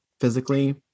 physically